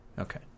Okay